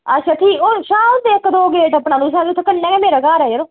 अच्छा ठीक ऐ ओह् शाह् हुंदे इक दो गेट टप्पना तुसें ते उत्थै कन्नै गै मेरा घर गै जरो